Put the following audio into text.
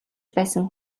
байсан